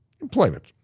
employment